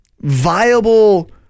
viable